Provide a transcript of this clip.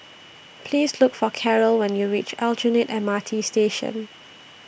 Please Look For Carol when YOU REACH Aljunied M R T Station